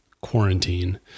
quarantine